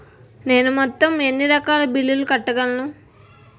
నేను మొత్తం ఎన్ని రకాల బిల్లులు కట్టగలను?